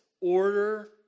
order